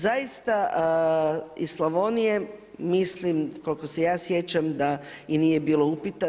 Zaista iz Slavonije mislim koliko se ja sjećam da i nije bilo upita.